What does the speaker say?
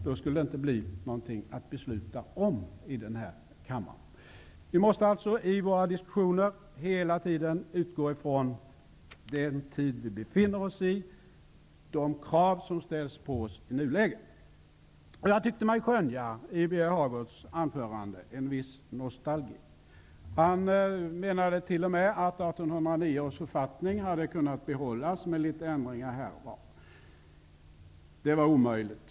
Då skulle det inte bli något att besluta om i den här kammaren. Vi måste alltså i våra diskussioner hela tiden utgå ifrån den tid vi befinner oss i, de krav som ställs på oss i nuläget. Jag tycker mig i Birger Hagårds anförande skönja en viss nostalgi. Han menade t.o.m. att 1809 års författning hade kunnat behållas, med litet ändringar här och var. Det var omöjligt.